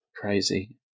crazy